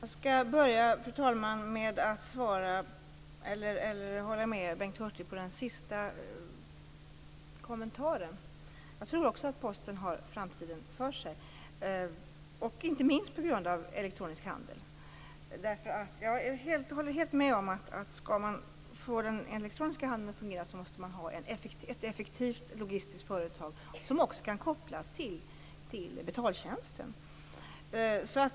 Fru talman! Jag skall börja med att hålla med Bengt Hurtig när det gäller hans sista kommentar. Jag tror också att Posten har framtiden för sig, inte minst på grund av elektronisk handel. Jag håller helt med om att om man skall få den elektroniska handeln att fungera måste man ha ett effektivt logistiskt företag som också kan kopplas till betaltjänsten.